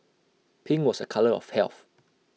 pink was A colour of health